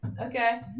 Okay